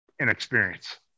inexperience